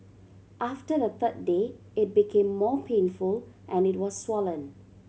after the third day it became more painful and it was swollen